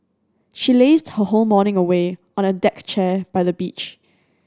she lazed her whole morning away on a deck chair by the beach